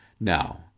Now